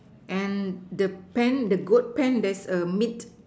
and the pen the goat pen there's a meet